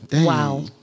Wow